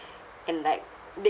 and like they